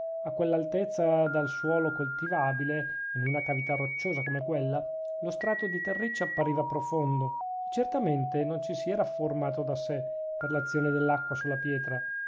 a quell'altezza dal suolo coltivabile in una cavità rocciosa come quella lo strato di terriccio appariva profondo e certamente non ci si era formato da sè per l'azione dell'acqua sulla pietra